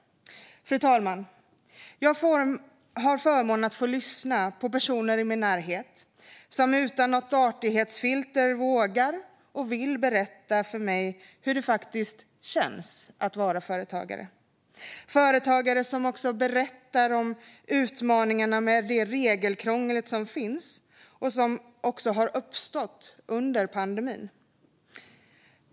Fru talman! Jag har förmånen att få lyssna på personer i min närhet som utan något artighetsfilter vågar och vill berätta för mig hur det faktiskt känns att vara företagare. Det här är företagare som också berättar om utmaningarna med det regelkrångel som finns och det som har uppstått under pandemin.